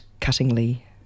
cuttingly